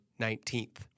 19th